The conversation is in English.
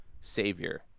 savior